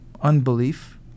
unbelief